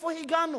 לאיפה הגענו?